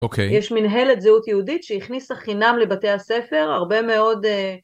אוקיי. יש מנהלת זהות יהודית שהכניסה חינם לבתי הספר, הרבה מאוד...